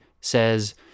says